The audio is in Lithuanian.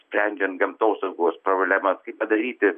sprendžiant gamtosaugos problemas kaip padaryti